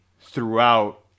throughout